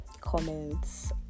comments